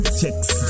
checks